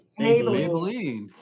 Maybelline